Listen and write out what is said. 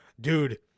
Dude